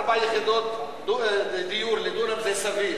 ארבע יחידות דיור לדונם זה סביר.